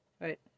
Right